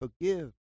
forgive